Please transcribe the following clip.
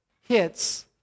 hits